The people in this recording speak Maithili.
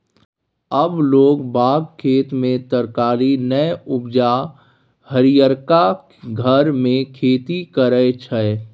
आब लोग बाग खेत मे तरकारी नै उपजा हरियरका घर मे खेती करय छै